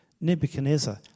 Nebuchadnezzar